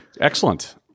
Excellent